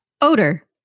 Odor